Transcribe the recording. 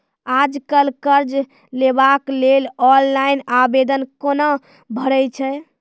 आज कल कर्ज लेवाक लेल ऑनलाइन आवेदन कूना भरै छै?